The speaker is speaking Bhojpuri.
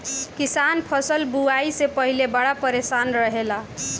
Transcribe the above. किसान फसल बुआई से पहिले बड़ा परेशान रहेला